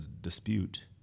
dispute